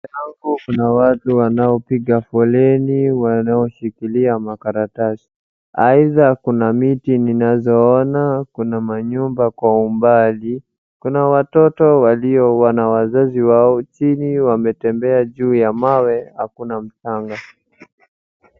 Mbele yangu kuna watu wanaopiga foleni wanaoshikilia makaratasi. Aidha kuna miti ninazoona, kuna manyumba kwa umbali, kuna watoto walio na wazazi wao. Chini wametembea juu ya mawe hakuna mchanga.